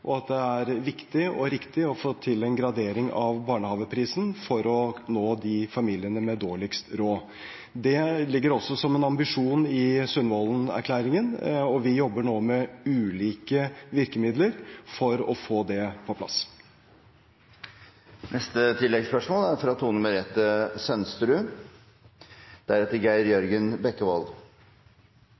og at det er viktig og riktig å få til en gradering av barnehageprisen for å nå familiene med dårligst råd. Det ligger også som en ambisjon i Sundvolden-erklæringen, og vi jobber nå med ulike virkemidler for å få det på plass. Tone Merete Sønsterud